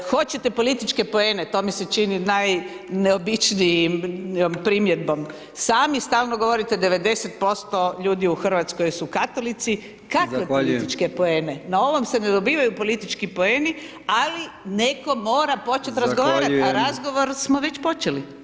Hoćete političke poene, to mi se čini najneobičnijom primjedbom, sami stalno govorite 90% ljudi u Hrvatskoj su katolici, kakve političke poene, na ovom se ne dobivaju politički poeni ali netko mora početi razgovarati, a razgovor smo već počeli.